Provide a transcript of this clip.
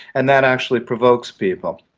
and that actually provokes people.